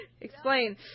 Explain